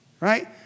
right